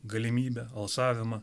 galimybę alsavimą